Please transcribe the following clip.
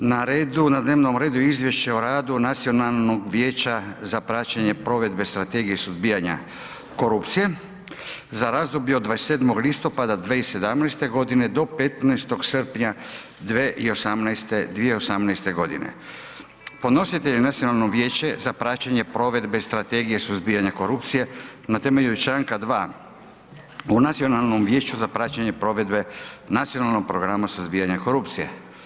Na dnevnom redu: - Izvješće o radu Nacionalnog vijeća za praćenje provedbe Strategije suzbijanja korupcije za razdoblje od 27. listopada 2017. godine do 15. srpnja 2018. godine Predlagatelj je Nacionalno vijeće za praćenje provedbe Strategije suzbijanja korupcije na temelju članka 2. o Nacionalnom vijeću za praćenje provedbe nacionalnog programa suzbijanja korupcije.